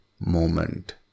moment